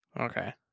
Okay